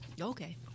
Okay